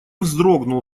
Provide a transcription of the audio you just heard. вздрогнул